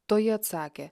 toji atsakė